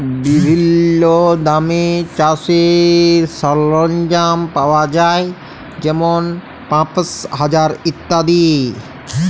বিভিল্ল্য দামে চাষের সরল্জাম পাউয়া যায় যেমল পাঁশশ, হাজার ইত্যাদি